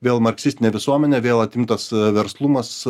vėl marksistine visuomene vėl atimtas verslumas